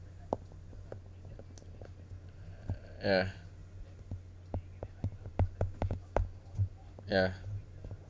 ya ya